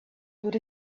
could